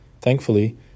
Thankfully